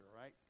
right